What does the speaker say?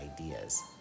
ideas